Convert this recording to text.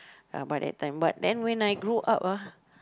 ah but that time but then when I grew up ah